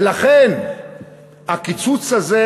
ולכן הקיצוץ הזה,